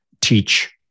teach